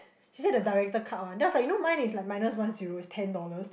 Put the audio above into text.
she say the director cut one that was like you know mine is like minus one zero is ten dollars